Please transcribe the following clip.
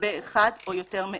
לגבי אחד או יותר מאלה: